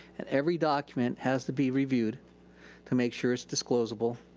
and every document has to be reviewed to make sure it's disclosable,